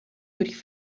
durch